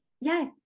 Yes